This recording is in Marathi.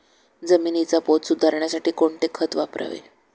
जमिनीचा पोत सुधारण्यासाठी कोणते खत वापरावे?